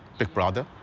big brother,